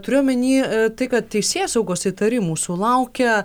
turiu omeny tai kad teisėsaugos įtarimų sulaukę